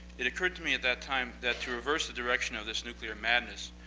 it occurred to me at that time, that to reverse the direction of this nuclear madness,